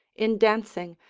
in dancing,